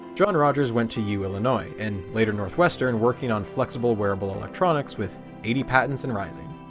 john rogers went to u illinois and later northwestern working on flexible wearable electronics with eighty patents and rising.